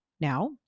now